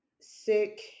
sick